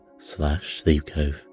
sleepcove